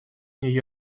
нью